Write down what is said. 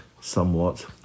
somewhat